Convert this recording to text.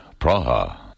Praha